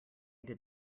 did